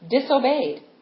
disobeyed